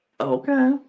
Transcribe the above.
Okay